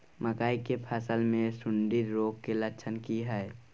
मकई के फसल मे सुंडी रोग के लक्षण की हय?